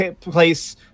place